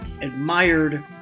admired